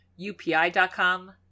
UPI.com